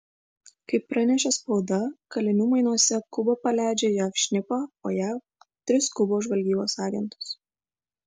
kaip pranešė spauda kalinių mainuose kuba paleidžia jav šnipą o jav tris kubos žvalgybos agentus